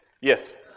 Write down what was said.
Yes